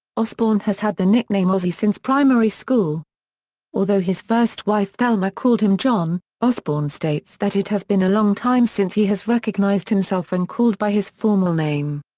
osbourne has had the nickname ozzy since primary school although his first wife thelma called him john, osbourne states that it has been a long time since he has recognised himself when called by his formal name.